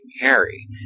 Harry